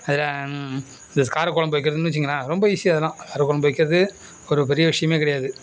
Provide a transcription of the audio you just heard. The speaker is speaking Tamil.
அதில் இந்த காரக்குழம்பு வைக்கிறதுன்னு வெச்சிக்கிங்களேன் ரொம்ப ஈஸி அதெல்லாம் காரக்குழம்பு வைக்கிறது ஒரு பெரிய விஷயமே கிடையாது